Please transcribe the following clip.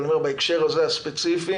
אבל בהקשר הספציפי הזה